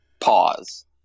pause